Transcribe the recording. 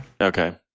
Okay